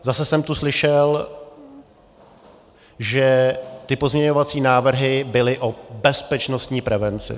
Zase jsem tu slyšel, že ty pozměňovací návrhy byly o bezpečnostní prevenci.